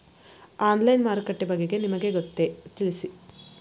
Online ಮಾರುಕಟ್ಟೆ ಬಗೆಗೆ ನಿಮಗೆ ಗೊತ್ತೇ? ತಿಳಿಸಿ?